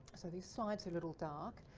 so the slide's a little dark,